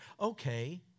Okay